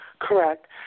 Correct